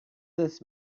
this